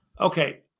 Okay